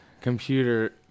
computer